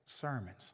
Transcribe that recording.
sermons